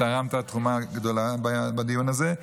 ותרמת תרומה גדולה בדיון הזה,